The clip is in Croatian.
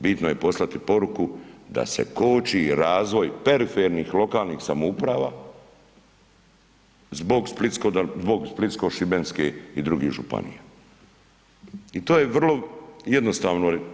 Bitno je poslati poruku da se koči razvoj perifernih lokalnih samouprava zbog splitsko šibenske i drugih županija i to je vrlo jednostavno.